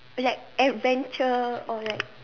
like adventure or like